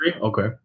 Okay